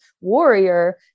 warrior